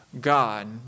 God